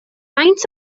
faint